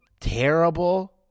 terrible